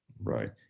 right